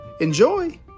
Enjoy